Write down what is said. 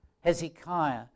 Hezekiah